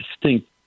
distinct